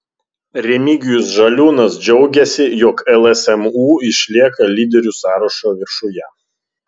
remigijus žaliūnas džiaugėsi jog lsmu išlieka lyderių sąrašo viršuje